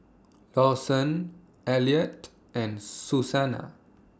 Lawson Elliott and Susanna